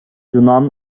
yunan